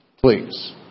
please